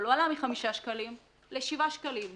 אבל הוא עלה מ-5 שקלים ל-7 שקלים,